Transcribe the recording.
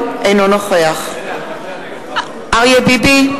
אינו נוכח אריה ביבי,